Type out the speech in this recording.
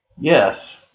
Yes